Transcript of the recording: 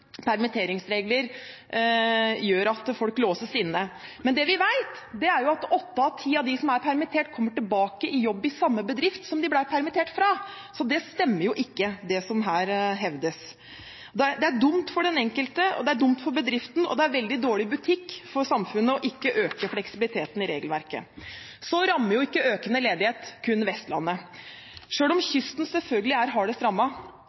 permitteringsregler gjør at folk låses inne. Men det vi vet, er at åtte av ti av dem som er permittert, kommer tilbake i jobb i samme bedrift som de ble permittert fra, så det som her hevdes, stemmer jo ikke. Det er dumt for den enkelte, det er dumt for bedriften, og det er veldig dårlig butikk for samfunnet ikke å øke fleksibiliteten i regelverket. Så rammer jo ikke økende ledighet kun Vestlandet. Selv om kysten selvfølgelig er hardest